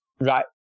right